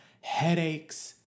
Headaches